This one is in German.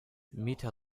meta